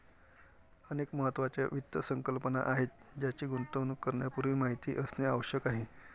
अनेक महत्त्वाच्या वित्त संकल्पना आहेत ज्यांची गुंतवणूक करण्यापूर्वी माहिती असणे आवश्यक आहे